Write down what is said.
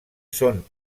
són